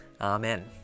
Amen